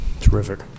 Terrific